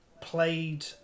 played